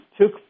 took